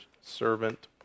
servant